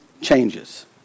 changes